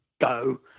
go